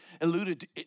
alluded